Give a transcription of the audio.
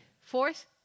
fourth